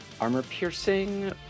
armor-piercing